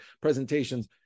presentations